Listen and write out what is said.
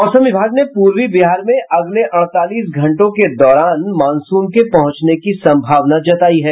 मौसम विभाग ने पूर्वी बिहार में अगले अड़तालीस घंटों के दौरान मानसून के पहुंचने की संभावना जतायी है